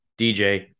DJ